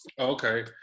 okay